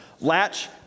latch